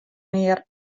mear